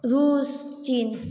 Russia China